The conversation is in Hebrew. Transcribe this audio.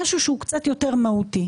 משהו שהוא קצת יותר מהותי.